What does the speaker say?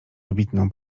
wybitną